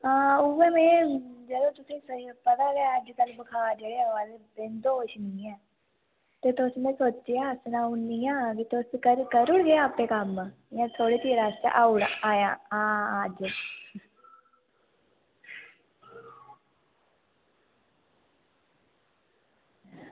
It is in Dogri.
उ'ऐ में यरो तुसेंगी पता गै अजकल बखार जेह्ड़े आवा दे बिंद होश निं ऐ ते में सोचेआ सनाई ओड़नी आं ते तुस करी ओड़गी आं आपें कम्म में थोह्ड़े चिरें आस्तै आया आं अज्ज